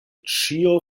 ĉio